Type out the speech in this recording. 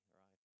right